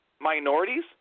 minorities